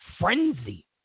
frenzy